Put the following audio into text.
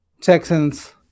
Texans